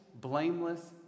blameless